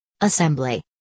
Assembly